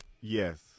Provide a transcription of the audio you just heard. Yes